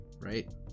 right